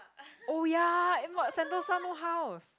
oh ya eh but sentosa no house